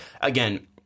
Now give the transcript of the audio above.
again